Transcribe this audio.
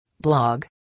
blog